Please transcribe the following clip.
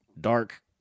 dark